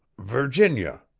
virginia,